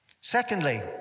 Secondly